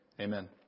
Amen